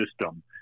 system